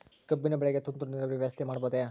ಕಬ್ಬಿನ ಬೆಳೆಗೆ ತುಂತುರು ನೇರಾವರಿ ವ್ಯವಸ್ಥೆ ಮಾಡಬಹುದೇ?